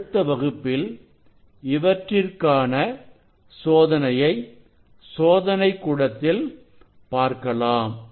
அடுத்த வகுப்பில் இவற்றிற்கான சோதனையை சோதனைக் கூடத்தில் பார்க்கலாம்